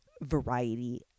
variety